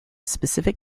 specific